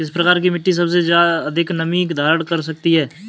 किस प्रकार की मिट्टी सबसे अधिक नमी धारण कर सकती है?